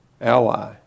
ally